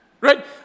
right